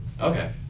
Okay